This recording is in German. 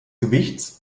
gewichts